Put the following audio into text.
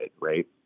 right